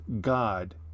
God